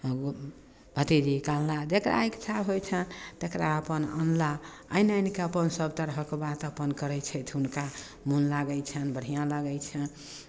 भतीजीकेँ अनलाह जकरा इच्छा होइ छनि तकरा अपन अनलाह आनि आनि कऽ अपन सभ तरहके बात अपन करै छथि हुनका मोन लागै छनि बढ़िआँ लागै छनि